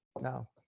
no